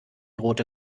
rote